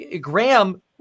Graham